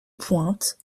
pointe